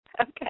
Okay